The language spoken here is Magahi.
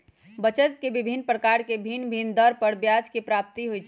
बचत के विभिन्न प्रकार से भिन्न भिन्न दर पर ब्याज के प्राप्ति होइ छइ